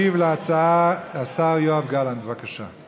ישיב להצעה השר יואב גלנט, בבקשה.